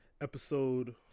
Episode